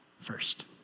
first